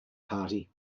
party